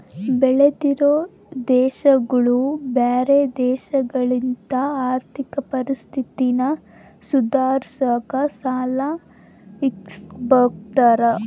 ಬೆಳಿತಿರೋ ದೇಶಗುಳು ಬ್ಯಾರೆ ದೇಶಗುಳತಾಕ ಆರ್ಥಿಕ ಪರಿಸ್ಥಿತಿನ ಸುಧಾರ್ಸಾಕ ಸಾಲ ಇಸ್ಕಂಬ್ತಾರ